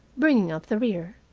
bringing up the rear.